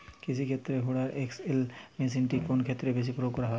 কৃষিক্ষেত্রে Hoover XL মেশিনটি কোন ক্ষেত্রে বেশি প্রয়োগ করা হয়?